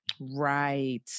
Right